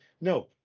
No